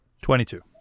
Twenty-two